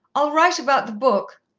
i'll write about the book,